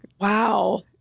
Wow